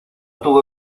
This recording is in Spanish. tuvo